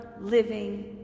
living